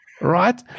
Right